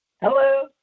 Hello